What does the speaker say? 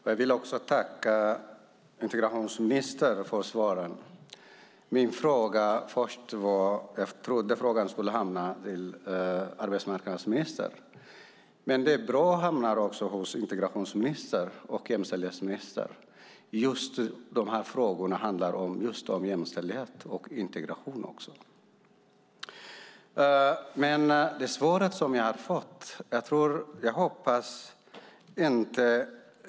Herr talman! Jag tackar integrationsministern för svaret. Jag trodde att interpellationen skulle besvaras av arbetsmarknadsministern. Men det är bra att den hamnar hos integrations och jämställdhetsministern. Dessa frågor handlar även om jämställdhet och integration.